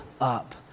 up